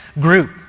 group